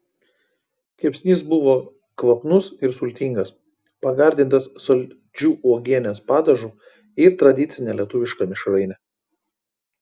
kepsnys buvo kvapnus ir sultingas pagardintas saldžiu uogienės padažu ir tradicine lietuviška mišraine